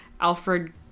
Alfred